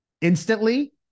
instantly